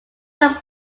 some